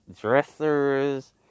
dressers